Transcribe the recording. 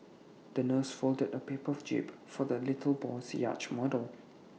the nurse folded A paper jib for the little boy's yacht model